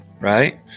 right